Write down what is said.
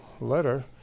letter